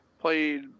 played